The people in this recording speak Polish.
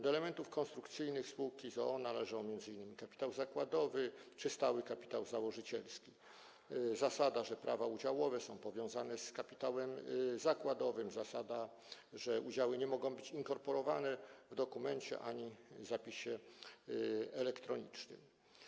Do elementów konstrukcyjnych spółki z o.o. należą m.in.: kapitał zakładowy, czyli stały kapitał założycielski, zasada, że prawa udziałowe są powiązane z kapitałem zakładowym, zasada, że udziały nie mogą być inkorporowane w dokumencie ani w zapisie elektronicznym.